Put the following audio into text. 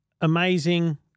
amazing